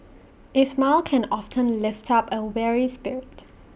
it's smile can often lift up A weary spirit